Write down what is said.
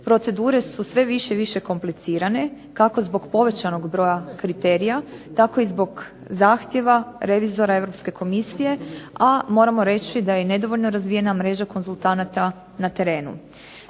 Procedure su sve više i više komplicirane, kako zbog povećanog broja kriterija tako i zbog zahtjeva revizora Europske komisije, a moramo reći da je i nedovoljno razvijena mreža konzultanata na terenu.